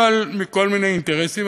אבל מכל מיני אינטרסים,